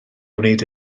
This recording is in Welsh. wneud